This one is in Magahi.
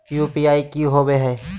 यू.पी.आई की होवे हय?